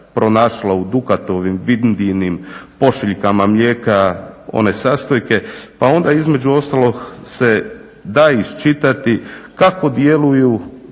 pronašla u Dukatovim, Vindijinim pošiljkama mlijeka one sastojke pa onda između ostalog se da iščitati kako djeluje